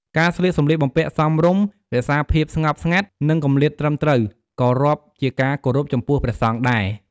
ការស្លៀកសំលៀកបំពាក់សមរម្យ រក្សាភាពស្ងប់ស្ងាត់ និងគម្លាតត្រឹមត្រូវ ក៏រាប់ជាការគោរពចំពោះព្រះសង្ឃដែរ។